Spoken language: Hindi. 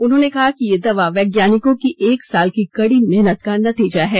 उन्होंने कहा कि यह दवा वैज्ञानिकों की एक साल की कड़ी मेहनत का नतीजा है